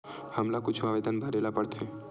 हमला कुछु आवेदन भरेला पढ़थे?